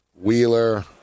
Wheeler